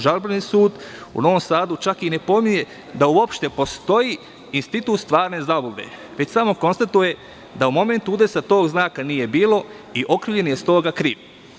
Žalbeni sud u Novom Sadu čak i ne pominje da uopšte postoji institut stvarne zablude, već samo konstatuje da u momentu udesa tog znaka nije bilo i okrivljeni je stoga kriv.